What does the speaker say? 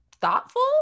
thoughtful